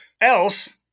else